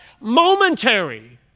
momentary